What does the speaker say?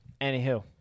anywho